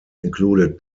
included